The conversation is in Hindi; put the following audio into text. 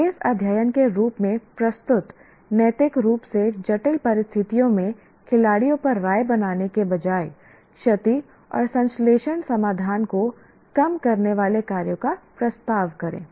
केस अध्ययन के रूप में प्रस्तुत नैतिक रूप से जटिल परिस्थितियों में खिलाड़ियों पर राय बनाने के बजाय क्षति और संश्लेषण समाधान को कम करने वाले कार्यों का प्रस्ताव करें